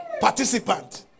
participant